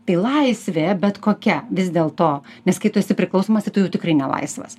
tai laisvė bet kokia vis dėlto nes kai tu esi priklausomas tai tu jau tikrai ne laisvas